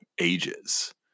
ages